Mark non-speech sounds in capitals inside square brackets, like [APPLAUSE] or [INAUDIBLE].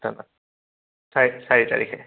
[UNINTELLIGIBLE] চাৰি তাৰিখে